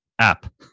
app